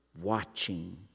watching